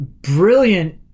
Brilliant